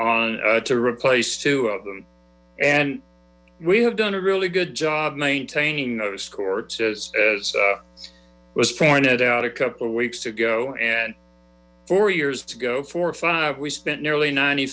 on to replace two of them and we have done a really good job maintaining noticed court as as was pointed out a couple of weeks ago and four years to go four or five we spent nearly ninety